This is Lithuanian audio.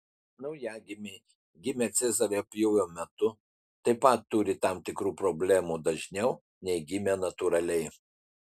naujagimiai gimę cezario pjūvio metu taip pat turi tam tikrų problemų dažniau nei gimę natūraliai